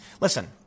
Listen